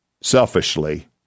selfishly